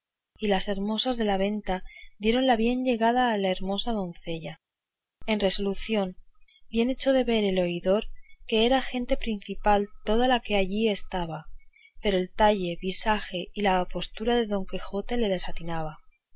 y las hermosas de la venta dieron la bienllegada a la hermosa doncella en resolución bien echó de ver el oidor que era gente principal toda la que allí estaba pero el talle visaje y la apostura de don quijote le desatinaba